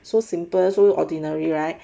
so simple so ordinary right